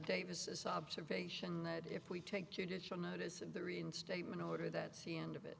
davis observation that if we take judicial notice of the reinstatement order that see end of it